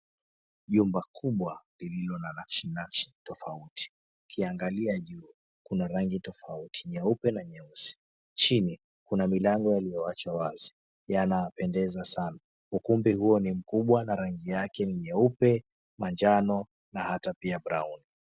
Jumba kubwa lililo na rashirashi tofauti, ukiangalia juu kuna rangi tofauti nyeupe na nyeusi. Chini kuna milango iliyowachwa wazi, yanapendeza sana. Ukumbi huo ni mkubwa na rangi yake ni nyeupe, manjano na hata pia brauni.